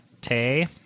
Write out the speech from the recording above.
Tay